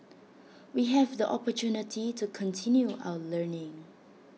we have the opportunity to continue our learning